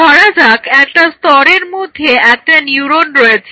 ধরা যাক একটা স্তরের মধ্যে একটা নিউরন রয়েছে